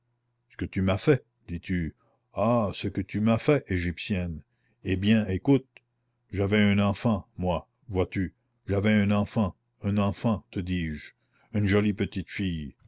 ce que tu m'as fait dis-tu ah ce que tu m'as fait égyptienne eh bien écoute j'avais un enfant moi vois-tu j'avais un enfant un enfant te dis-je une jolie petite fille